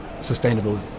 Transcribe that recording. sustainable